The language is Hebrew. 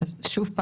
שוב,